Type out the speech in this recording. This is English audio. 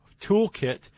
toolkit